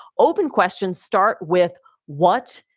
open questions. start with what,